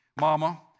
mama